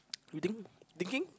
you think thinking